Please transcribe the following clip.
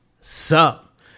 Sup